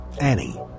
Annie